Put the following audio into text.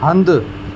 हंधु